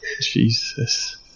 jesus